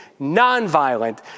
nonviolent